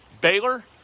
Baylor